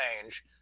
change